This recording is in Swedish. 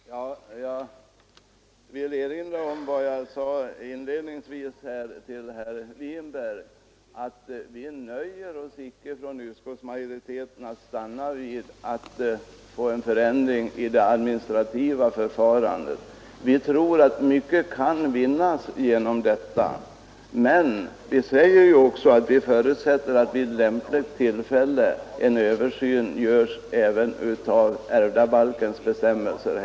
Fru talman! Jag vill erinra om vad jag inledningsvis sade till herr Winberg, nämligen att utskottsmajoriteten inte nöjer sig med en förändring av det administrativa förfarandet. Mycket kan vinnas därigenom, men vi förutsätter att vid lämpligt tillfälle en översyn sker även av ärvdabalkens bestämmelser.